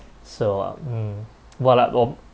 so um while at